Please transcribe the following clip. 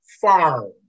farm